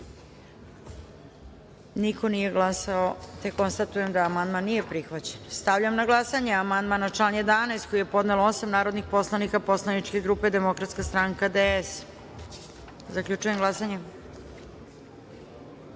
niko nije glasao. Konstatujem da amandman nije prihvaćen. Stavljam na glasanje amandman na član 24. koji je podnelo osam narodnih poslanika poslaničke grupe Demokratska stranka – DS.Zaključujem glasanje: